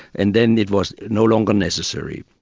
and then it was no longer necessary.